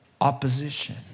Opposition